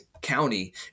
county